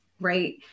right